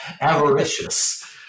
avaricious